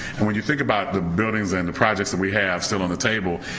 and when you think about the buildings and the projects that we have still on the table,